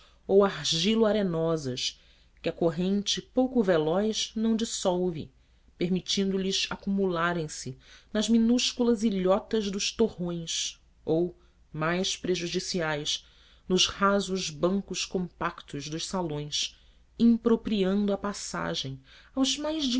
ou argilo arenosas que a corrente pouco veloz não dissolve permitindo lhes acumularem se nas minúsculas ilhotas dos torrões ou mais prejudiciais nos rasos bancos compactos dos salões impropriando a passagem aos mais